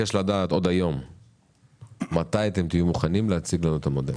עוד היום מתי תהיו מוכנים להציג לנו את המודל.